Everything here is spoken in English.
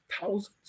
thousands